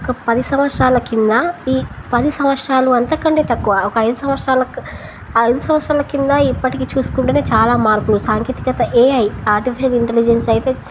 ఒక పది సంవత్సరాల కింద ఈ పది సంవత్సరాలు అంతకంటే తక్కువ ఒక ఐదు సంవత్సరాలకు ఐదు సంవత్సరాల కింద ఇప్పటికీ చూసుకుంటేనే చాలా మార్పులు సాంకేతికత ఏఐ ఆర్టిఫిషియల్ ఇంటెలిజెన్స్ అయితే